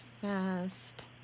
fast